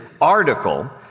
article